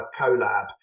collab